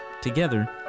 Together